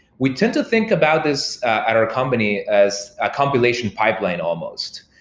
we tend to think about this at our company as a compilation pipeline almost,